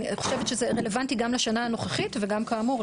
אני חושבת שזה רלוונטי גם לשנה הנוכחית וגם כאמור,